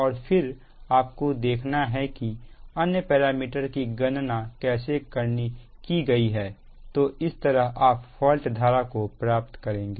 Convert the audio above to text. और फिर आपको देखना है कि अन्य पैरामीटर की गणना कैसी की गई है तो इस तरह आप फॉल्ट धारा को प्राप्त करेंगे